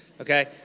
Okay